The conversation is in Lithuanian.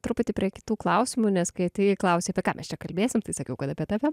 truputį prie kitų klausimų nes kai atėjai klausei tai ką mes čia kalbėsim tai sakiau kad apie tave